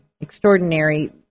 extraordinary